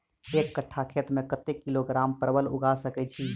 एक कट्ठा खेत मे कत्ते किलोग्राम परवल उगा सकय की??